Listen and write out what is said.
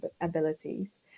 abilities